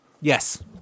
Yes